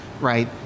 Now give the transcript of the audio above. right